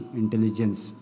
intelligence